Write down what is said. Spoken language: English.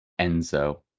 Enzo